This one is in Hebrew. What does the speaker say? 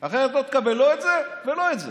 אחרת לא תקבל לא את זה ולא את זה.